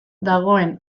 dagoen